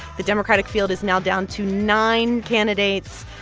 the democratic field is now down to nine candidates.